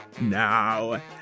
Now